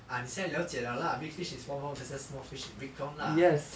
ah 你现在了解了 lah big fish in small pond versus small fish in big pond lah